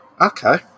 Okay